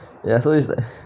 ya so it's like